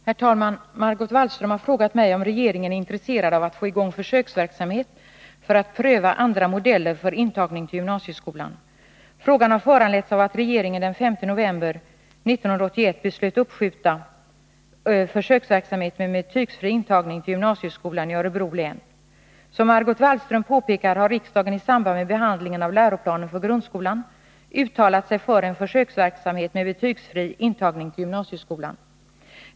Herr talman! Margot Wallström har frågat mig om regeringen är intresserad av att få i gång försöksverksamhet för att pröva andra modeller för intagning till gymnasieskolan. Frågan har föranletts av att regeringen den 5 november 1981 beslöt uppskjuta försöksverksamheten med betygsfri intagning till gymnasieskolan i Örebro län. Som Margot Wallström påpekar har riksdagen i samband med behandlingen av läroplanen för grundskolan uttalat sig för en försöksverksamhet med betygsfri intagning till gymnasieskolan.